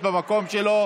במקום שלו,